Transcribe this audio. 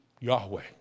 Yahweh